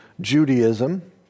Judaism